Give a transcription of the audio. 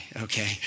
okay